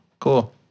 Cool